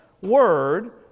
word